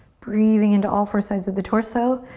breathing into all four sides of the torso.